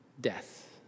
death